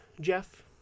jeff